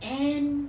and